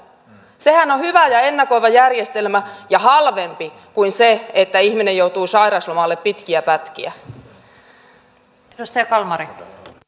sehän on hyvä ja ennakoiva järjestelmä ja halvempi kuin se että ihminen joutuu sairauslomille pitkiä pätkiä